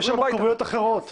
יש שם התערבויות אחרות,